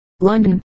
London